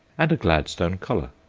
and a gladstone collar.